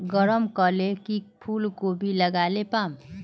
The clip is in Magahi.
गरम कले की फूलकोबी लगाले पाम?